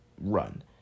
run